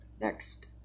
Next